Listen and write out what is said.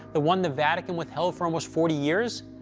the one the vatican withheld for almost forty years?